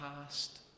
past